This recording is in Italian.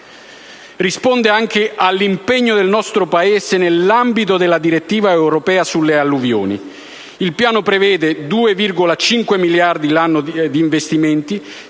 risponde anche all'impegno del nostro Paese nell'ambito della direttiva europea sulle alluvioni. Il piano prevede 2,5 miliardi l'anno di investimenti,